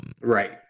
Right